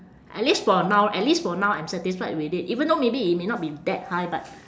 at least for now at least for now I'm satisfied with it even though maybe it may not be that high but